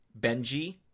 Benji